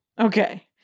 Okay